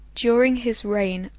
during his reign,